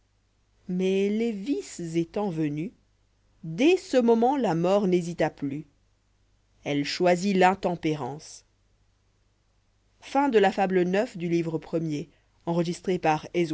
mais les vices étant venus dès ce moment la mort n'hésita plus elle choisit l'intempérance